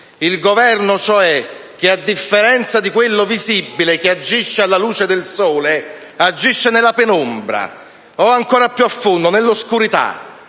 il Governo cioè che, a differenza di quello visibile che agisce alla luce del sole, agisce nella penombra o ancora più a fondo, nell'oscurità;